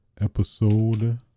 episode